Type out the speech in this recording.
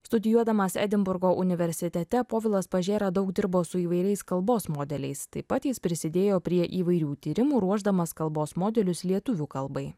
studijuodamas edinburgo universitete povilas pažėra daug dirbo su įvairiais kalbos modeliais taip pat jis prisidėjo prie įvairių tyrimų ruošdamas kalbos modelius lietuvių kalbai